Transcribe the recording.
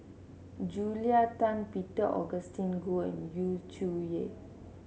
Julia Tan Peter Augustine Goh and Yu Zhuye